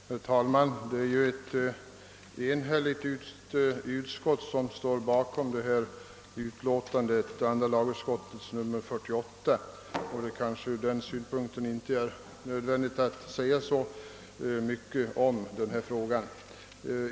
Herr talman! Bakom andra lagutskottets utlåtande nr 48 står ett enhälligt utskott. Ur den synpunkten är det kanske inte nödvändigt att säga så mycket om denna fråga.